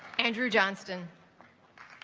andrew johnston